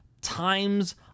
times